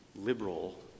liberal